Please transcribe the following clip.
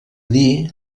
dir